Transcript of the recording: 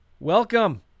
Welcome